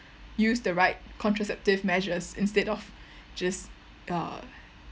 use the right contraceptive measures instead of just uh